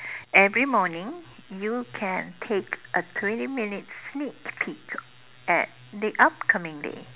every morning you can take a twenty minutes sneak peak at the upcoming day